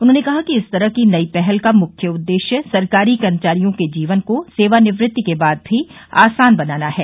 उन्होंने कहा कि इस तरह की नई पहल का मुख्य उद्देश्य सरकारी कर्मचारियों के जीवन को सेवानिवृत्ति के बाद भी आसान बनाना है